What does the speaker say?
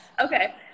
Okay